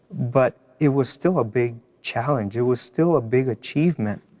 but it was still a big challenge, it was still a big achievement